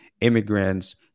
immigrants